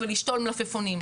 ולשתול מלפפונים.